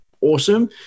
awesome